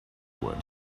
would